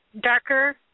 darker